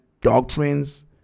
doctrines